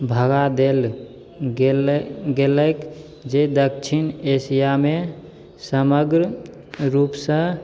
भगा देल गेल गेलै जे दक्षिण एशियामे समग्र रूपसँ